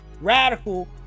Radical